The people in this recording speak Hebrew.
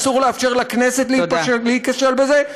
אסור לאפשר לכנסת להיכשל בזה,